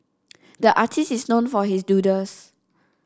the artist is known for his doodles